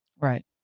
Right